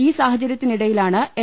ഈ സാഹചര്യ ത്തിനിടയിലാണ് എൽ